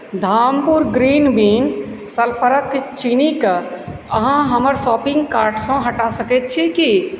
Dhampur green बिन सल्फरके चीनीके अहाँ हमर शॉपिङ्ग कार्टसँ हटा सकैत छी की